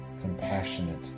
compassionate